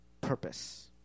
Purpose